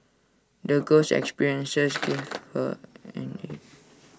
the girl's experiences gave her